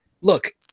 look